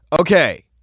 Okay